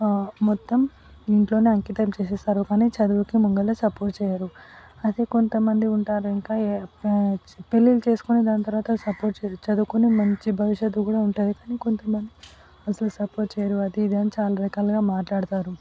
మొత్తం ఇంట్లోనే అంకితం చేసేస్తారు కానీ చదువుకి ముంగల సపోర్ట్ చెయ్యరు అదే కొంతమంది ఉంటారు ఇంకా పెళ్ళిళ్ళు చేసుకొని దాని తరవాత సపోర్ట్ చదువుకుని మంచి భవిష్యత్తు కూడా ఉంటుంది కానీ కొంతమంది అసలు సపోర్ట్ చెయ్యరు అది ఇది అని చాలా రకాలుగా మాట్లాడతారు